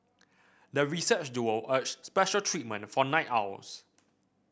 the research duo urged special treatment for night owls